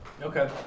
Okay